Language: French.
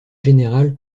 général